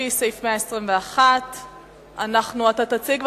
לפי סעיף 121. אתה תציג,